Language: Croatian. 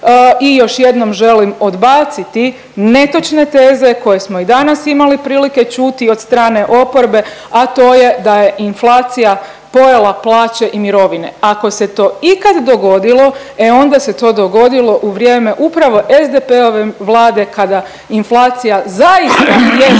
i još jednom želim odbaciti netočne teze koje smo i danas imali prilike čuti od strane oporbe, a to je da je inflacija pojela plaće i mirovine. Ako se to ikad dogodilo e onda se to dogodilo u vrijeme upravo SDP-ove vlade kada inflacija zaista jest